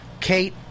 Kate